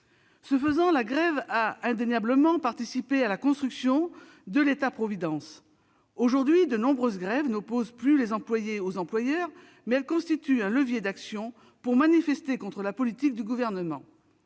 Ce faisant, la grève a indéniablement participé à la construction de l'État-providence. Aujourd'hui, de nombreuses grèves n'opposent plus les employés aux employeurs, mais constituent un levier d'action pour manifester contre la politique du Gouvernement.